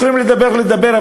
יכולים לדבר ולדבר,